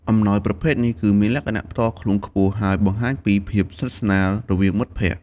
អំណោយប្រភេទនេះគឺមានលក្ខណៈផ្ទាល់ខ្លួនខ្ពស់ ហើយបង្ហាញពីភាពស្និទ្ធស្នាលរវាងមិត្តភក្តិ។